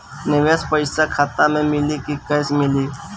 निवेश पइसा खाता में मिली कि कैश मिली?